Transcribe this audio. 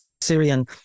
Syrian